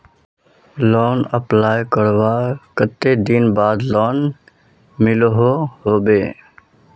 Loan apply करवार कते दिन बाद लोन मिलोहो होबे?